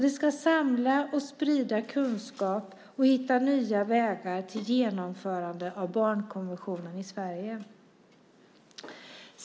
Det ska samla och sprida kunskap och hitta nya vägar till genomförande av barnkonventionen i Sverige.